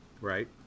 right